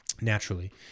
naturally